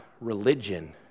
religion